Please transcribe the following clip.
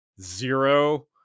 zero